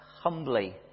humbly